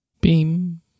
Beam